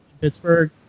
Pittsburgh